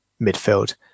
midfield